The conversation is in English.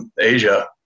Asia